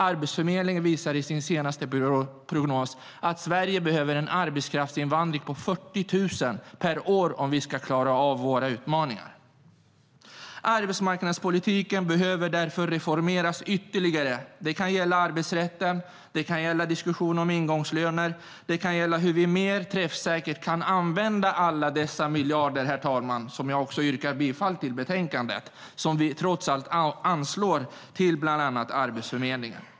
Arbetsförmedlingen visar i sin senaste prognos att Sverige behöver en arbetskraftsinvandring på 40 000 per år om vi ska klara av våra utmaningar. Arbetsmarknadspolitiken behöver därför reformeras ytterligare. Det kan gälla arbetsrätten, ingångslöner och hur vi mer träffsäkert kan använda de miljarder som vi i utskottets förslag - som jag yrkar bifall till - trots allt anslår till bland annat Arbetsförmedlingen.